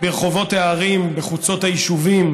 ברחובות הערים ובחוצות היישובים.